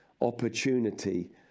opportunity